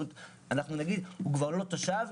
בחודש אנחנו נגיד שהוא כבר לא תושב,